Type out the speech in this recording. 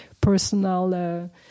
personal